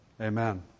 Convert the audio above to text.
amen